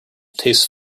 tastes